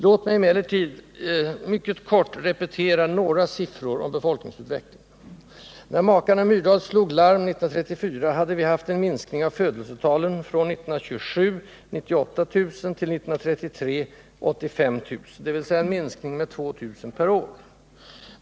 Låt mig, herr talman, helt kort repetera några siffror om befolkningsutvecklingen. När makarna Myrdal slog larm år 1934 hade vi haft en minskning av födelsetalen från 98 000 år 1927 till 85 000 år 1933, dvs. en minskning med ca 2 000 per år.